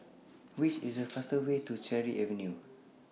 Which IS The fastest Way to Cherry Avenue